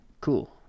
Cool